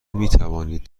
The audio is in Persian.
میتوانید